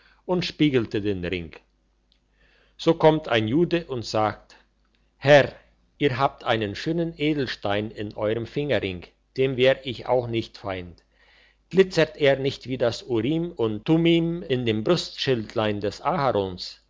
und spiegelte den ring so kommt ein jude und sagt herr ihr habt einen schönen edelstein in eurem fingerring dem wär ich auch nicht feind glitzert er nicht wie das urim und thummim in dem brustschildlein des aharons